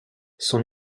son